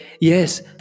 Yes